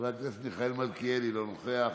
חבר הכנסת מיכאל מלכיאלי, אינו נוכח,